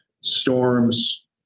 storms